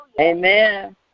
Amen